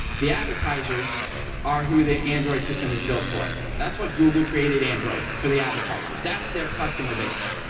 the advertisers are who the android system is built for that's what google created android, for the advertisers. that's their customer base.